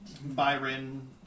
Byron